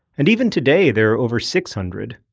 and even today, there are over six hundred,